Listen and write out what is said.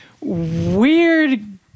weird